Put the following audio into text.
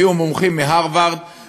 הביאו מומחים מהרווארד,